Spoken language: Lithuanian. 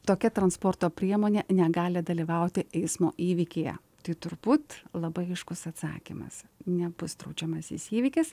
tokia transporto priemonė negali dalyvauti eismo įvykyje tai turbūt labai aiškus atsakymas nebus draudžiamasis įvykis